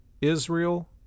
Israel